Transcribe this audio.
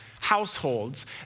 households